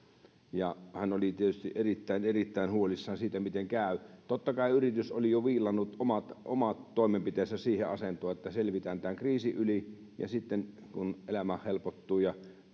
ja hän oli tietysti erittäin erittäin huolissaan siitä miten käy totta kai yritys oli jo viilannut omat omat toimenpiteensä siihen asentoon että selvitään tämän kriisin yli ja sitten kun elämä helpottuu ja